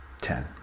ten